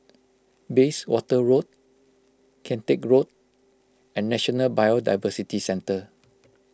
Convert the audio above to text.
Bayswater Road Kian Teck Road and National Biodiversity Centre